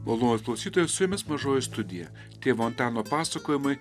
malonūs klausytojai su jumis mažoji studija tėvo antano pasakojimai